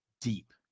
deep